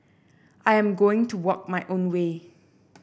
I am going to walk my own way